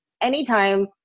anytime